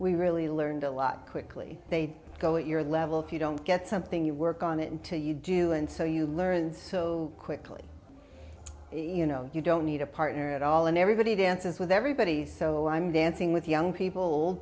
we really learned a lot quickly they go at your level if you don't get something you work on it until you do and so you learn so quickly you know you don't need a partner at all and everybody dances with everybody so i'm dancing with young people